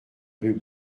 rue